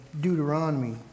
Deuteronomy